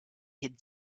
had